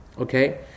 okay